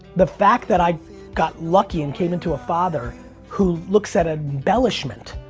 the fact that i got lucky and came into a father who looks at ah embellishment